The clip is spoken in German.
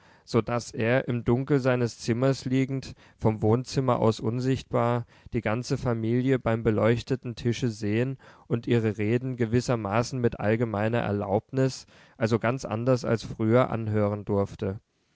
so daß er im dunkel seines zimmers liegend vom wohnzimmer aus unsichtbar die ganze familie beim beleuchteten tische sehen und ihre reden gewissermaßen mit allgemeiner erlaubnis also ganz anders als früher anhören durfte